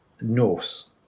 norse